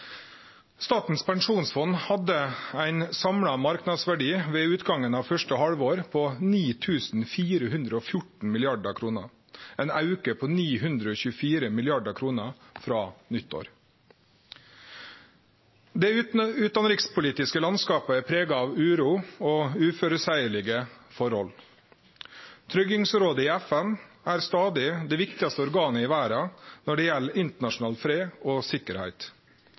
Statens pensjonsfond hadde ein samla marknadsverdi ved utgangen av første halvår på 9 414 mrd. kr, ein auke på 924 mrd. kr frå nyttår. Det utanrikspolitiske landskapet er prega av uro og uføreseielege forhold. Tryggingsrådet i FN er stadig det viktigaste organet i verda når det gjeld internasjonal fred og sikkerheit.